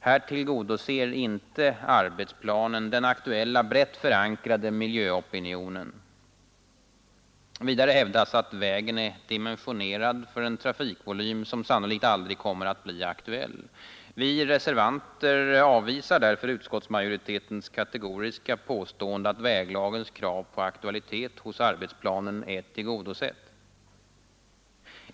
Här tillgodoser inte arbetsplanen den aktuella, brett förankrade miljöopinionen. Vidare hävdas att vägen är dimensionerad för en trafikvolym som sannolikt aldrig kommer att bli aktuell. Vi reservanter avvisar därför utskottsmajoritetens kategoriska påstående att väglagens krav på aktualitet hos arbetsplanen är tillgodosett.